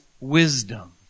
wisdom